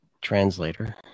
translator